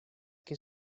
que